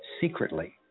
secretly